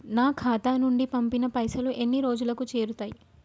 నా ఖాతా నుంచి పంపిన పైసలు ఎన్ని రోజులకు చేరుతయ్?